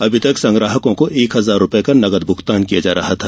अभी तक संग्राहकों को एक हजार रूपये का नगद भूगतान किया जा रहा था